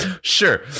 Sure